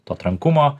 to trankumo